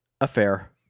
affair